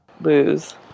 Lose